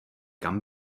kam